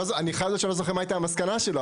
אני חייב להגיד שאני לא זוכר מה הייתה המסקנה שלו,